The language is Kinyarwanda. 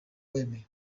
wemeye